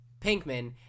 Pinkman